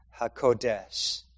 HaKodesh